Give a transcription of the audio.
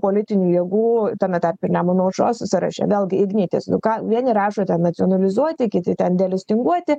politinių jėgų tame tarpe ir nemuno aušros sąraše vėlgi ignitis nu ką vieni rašo ten nacionalizuoti kiti ten delistinguoti